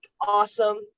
awesome